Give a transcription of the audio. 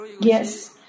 Yes